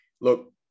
look